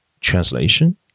translation